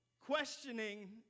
Questioning